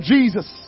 Jesus